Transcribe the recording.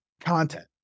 content